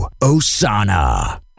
Osana